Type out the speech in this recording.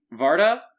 varda